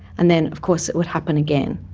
and then of course it would happen again.